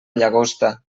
llagosta